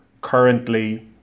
currently